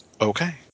okay